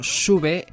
sube